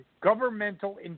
governmental